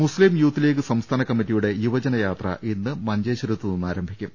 മുസ്തീം യൂത്ത് ലീഗ് സംസ്ഥാന കമ്മറ്റിയുടെ യുവജന യാത്ര ഇന്ന് മഞ്ചേശ്വരത്ത് നിന്ന് ആരംഭിക്കും